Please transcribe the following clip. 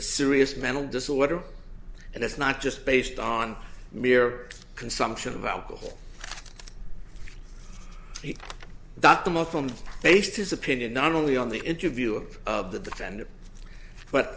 a serious mental disorder and it's not just based on mere consumption of alcohol that the muslim based his opinion not only on the interview of of the defendant but